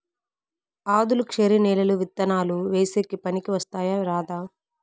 ఆధులుక్షరి నేలలు విత్తనాలు వేసేకి పనికి వస్తాయా రాదా?